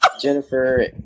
Jennifer